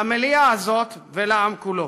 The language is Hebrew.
למליאה הזאת ולעם כולו.